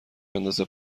بندازه